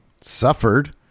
suffered